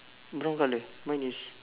brown colour don't use